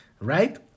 right